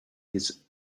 his